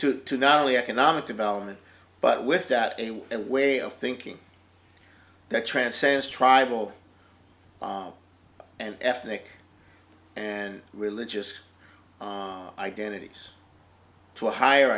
to to not only economic development but with that a way of thinking that transcends tribal and ethnic and religious identities to a higher